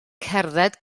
cerdded